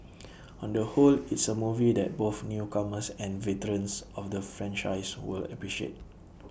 on the whole it's A movie that both newcomers and veterans of the franchise will appreciate